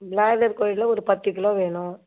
broiler கோழியில ஒரு பத்து கிலோ வேணும்